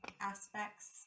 aspects